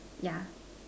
yeah